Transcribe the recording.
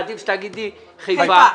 עדיף שתגידי חיפה?